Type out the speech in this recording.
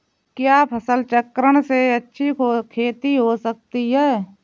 क्या फसल चक्रण से अच्छी खेती हो सकती है?